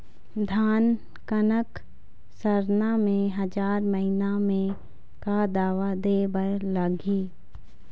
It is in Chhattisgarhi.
धान कनक सरना मे हजार महीना मे का दवा दे बर लगही?